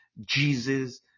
Jesus